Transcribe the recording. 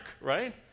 right